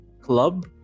club